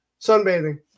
sunbathing